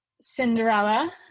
cinderella